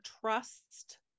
trust